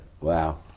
Wow